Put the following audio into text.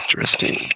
Interesting